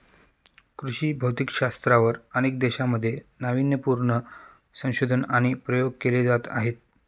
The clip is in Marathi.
कृषी भौतिकशास्त्रावर अनेक देशांमध्ये नावीन्यपूर्ण संशोधन आणि प्रयोग केले जात आहेत